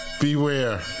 Beware